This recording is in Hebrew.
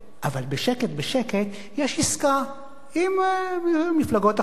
אבל בשקט יש עסקה עם המפלגות החרדיות.